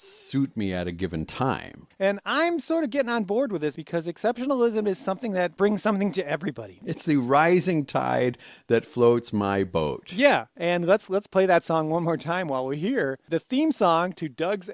suit me at a given time and i'm sort of get onboard with this because exceptionalism is something that brings something to everybody it's the rising tide that floats my boat yeah and that's let's play that song one more time while we hear the theme song to doug's